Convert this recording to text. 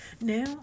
Now